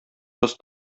кыз